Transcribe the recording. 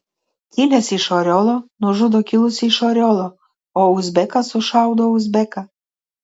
kilęs iš oriolo nužudo kilusį iš oriolo o uzbekas sušaudo uzbeką